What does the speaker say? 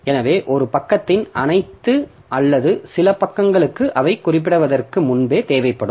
எனவே ஒரு பக்கத்தின் அனைத்து அல்லது சில பக்கங்களும் அவை குறிப்பிடப்படுவதற்கு முன்பு தேவைப்படும்